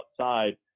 outside